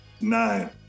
nine